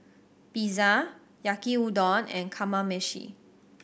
Pizza Yaki Udon and Kamameshi